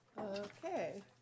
Okay